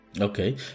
Okay